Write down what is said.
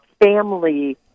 family